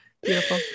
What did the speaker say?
beautiful